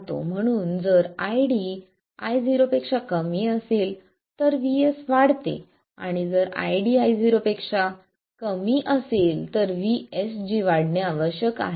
म्हणून जर ID Io असेल तर VS वाढते जर ID Io असेल तर VSG वाढणे आवश्यक आहे